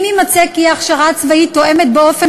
אם יימצא כי ההכשרה הצבאית תואמת באופן